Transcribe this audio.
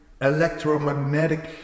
electromagnetic